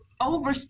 over